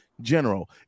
general